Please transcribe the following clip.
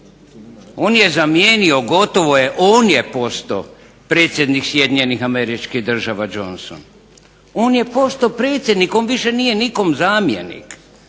On je zamijenio gotovo je, on je postao predsjednik SAD Johnson. On je postao predsjednik, on nije više nikome zamjenik.